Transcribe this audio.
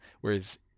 Whereas